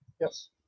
Yes